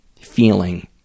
feeling